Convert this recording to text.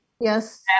Yes